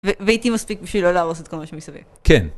והייתי מספיק בשביל לא להרוס את כל מה שמסביב, כן.